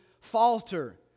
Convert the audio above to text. falter